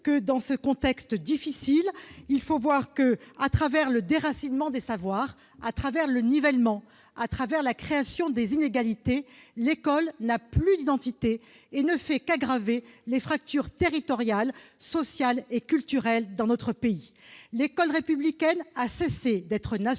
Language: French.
Dans ce contexte difficile, à travers le déracinement des savoirs, le nivellement, la création des inégalités, l'école n'a plus d'identité et ne fait qu'aggraver les fractures territoriales, sociales et culturelles dans notre pays. L'école républicaine a cessé d'être nationale